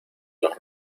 los